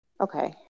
Okay